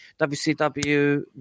WCW